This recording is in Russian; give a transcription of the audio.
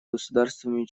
государствами